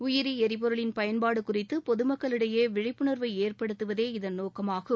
உயிரி எரிபொருளின் பயன்பாடு குறித்து பொதுமக்களிடையே விழிப்புணர்வை ஏற்படுத்துவதே இதன் நோக்கமாகும்